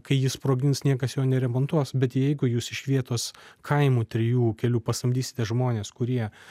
kai jį sprogdins niekas jo neremontuos bet jeigu jūs iš vietos kaimų trijų kelių pasamdysite žmones kurie